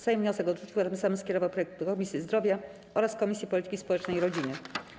Sejm wniosek odrzucił, a tym samym skierował projekt do Komisji Zdrowia oraz Komisji Polityki Społecznej i Rodziny.